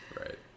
Right